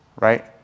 right